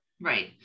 Right